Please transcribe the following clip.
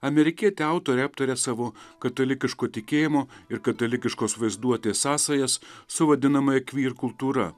amerikietė autorė aptaria savo katalikiško tikėjimo ir katalikiškos vaizduotės sąsajas su vadinamąja queer kultūra